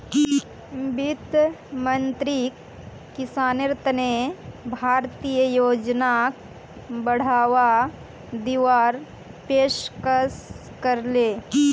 वित्त मंत्रीक किसानेर तने भारतीय योजनाक बढ़ावा दीवार पेशकस करले